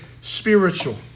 spiritual